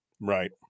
Right